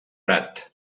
prat